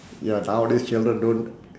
ya nowadays children don't